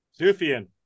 Zufian